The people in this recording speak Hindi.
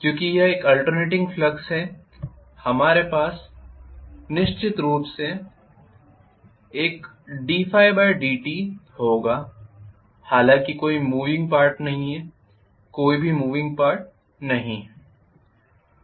क्योंकि यह एक आल्टर्नेटिंग फ्लक्स है हमारे पास निश्चित रूप से एक d∅dt होगा हालांकि कोई मूविंग पार्ट नहीं हैं कोई भी मूविंग पार्ट नहीं हैं